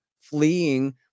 fleeing